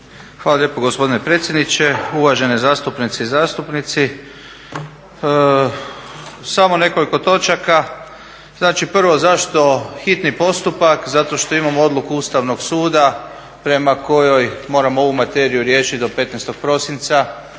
Hvala lijepo gospodine predsjedniče. Uvažene zastupnice i zastupnici. Samo nekoliko točaka. Znači, prvo, zašto hitni postupak? Zato jer imamo odluku Ustavnog suda prema kojoj moramo ovu materiju riješiti do 15. prosinca,